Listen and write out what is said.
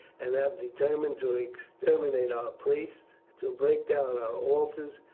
and have determined to exterminate our priests, to break down our altars,